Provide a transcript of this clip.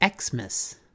Xmas